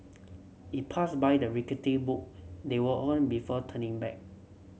it passed by the rickety boat they were on before turning back